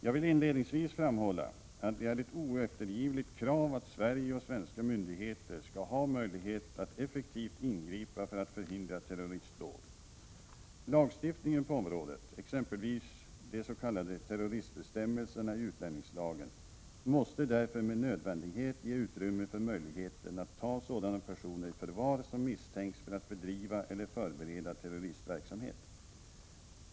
Jag vill inledningsvis framhålla att det är ett oeftergivligt krav att Sverige och svenska myndigheter skall ha möjlighet att effektivt ingripa för att förhindra terroristdåd. Lagstiftningen på området — exempelvis de s.k. terroristbestämmelserna i utlänningslagen — måste därför med nödvändighet ge utrymme för möjligheten att ta sådana personer i förvar som misstänks för att bedriva eller förbereda terroristverksamhet.